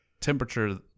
temperature